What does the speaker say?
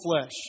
flesh